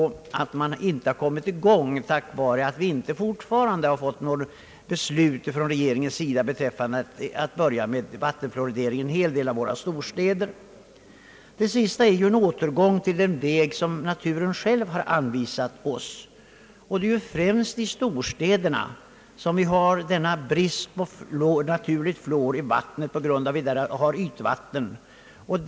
Man har inte kommit i gång på grund av att regeringen fortfarande inte fattat något beslut med tillåtelse att börja med vattenfluoridering i en hel del av våra storstäder. Fluoridering är här en återgång till den väg som naturen själv har anvisat oss. Det är ju främst i städerna och de större samhällena som man har brist på naturligt fluor i vattnet på grund av att man använder ytvatten.